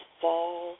fall